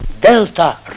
delta